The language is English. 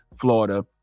Florida